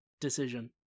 decision